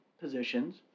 positions